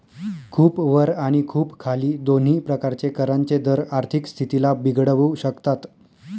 खूप वर आणि खूप खाली दोन्ही प्रकारचे करांचे दर आर्थिक स्थितीला बिघडवू शकतात